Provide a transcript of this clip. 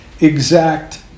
exact